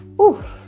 Oof